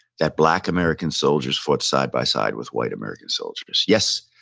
that black american soldiers fought side by side with white american soldiers yes,